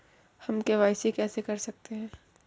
हम के.वाई.सी कैसे कर सकते हैं?